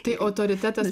tai autoritetas